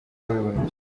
w’abibumbye